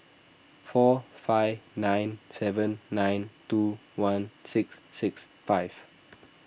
four five nine seven nine two one six six five